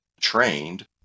trained